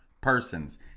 persons